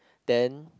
then